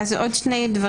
יש לנו עוד רבע שעה לדיון.